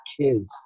kids